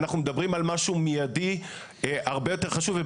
ואנחנו מדברים על משהו מיידי, הרבה יותר חשוב.